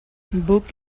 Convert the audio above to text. book